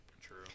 True